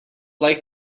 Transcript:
like